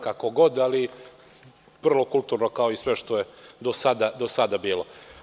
Kako god, ali vrlo kulturno, kao i sve što je do sada bilo.